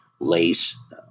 lace